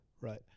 Right